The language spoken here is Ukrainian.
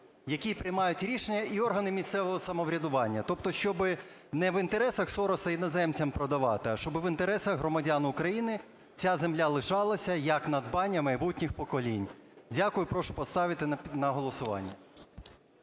які приймають рішення, і органи місцевого самоврядування. Тобто щоб не в інтересах Сороса іноземцям продавати, а щоб в інтересах громадян України ця земля лишалася як надбання майбутніх поколінь. Дякую. Прошу поставити на голосування.